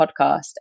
podcast